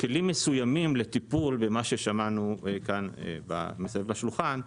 כלים מסוימים לטיפול במה ששמענו כאן סביב השולחן.